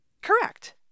Correct